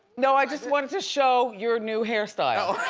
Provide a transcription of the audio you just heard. no, i just wanted to show your new hairstyle.